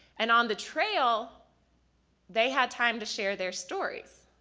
and on the trail they had time to share their stories.